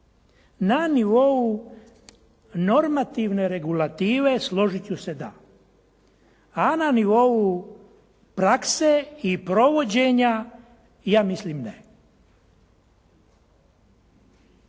Na nivou normativne regulative složit ću se, da, a na nivou prakse i provođenja, ja mislim ne.